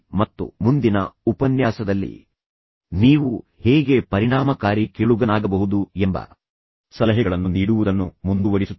ಮತ್ತು ಮುಂದಿನ ಉಪನ್ಯಾಸದಲ್ಲಿ ನೀವು ಹೇಗೆ ಪರಿಣಾಮಕಾರಿ ಕೇಳುಗ ಅಥವಾ ಸಕ್ರಿಯ ಕೇಳುಗನಾಗಬಹುದು ಎಂಬ ಸಲಹೆಗಳನ್ನು ನೀಡುವುದನ್ನು ಮುಂದುವರಿಸುತ್ತೇನೆ